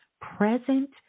present